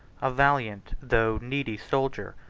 a valiant though needy soldier,